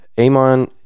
Amon